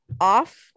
off